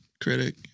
critic